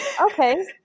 Okay